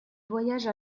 voyagent